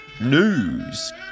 news